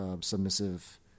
submissive